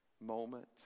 moment